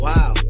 Wow